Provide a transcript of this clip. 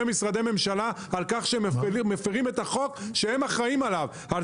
משרדי ממשלה על כך שמפרים את החוק שהם אחראים עליו; על